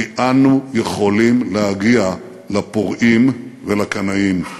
כי אנו יכולים להגיע לפורעים ולקנאים.